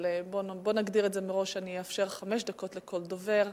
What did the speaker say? אבל בואו נגדיר את זה מראש שאני אאפשר חמש דקות לכל דובר.